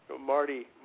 Marty